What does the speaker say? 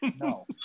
No